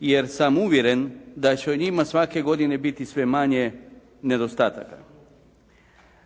jer sam uvjeren da će u njima svake godine biti sve manje nedostataka.